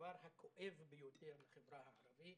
בדבר הכואב ביותר בחברה הערבית,